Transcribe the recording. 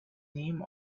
name